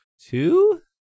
two